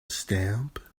stamp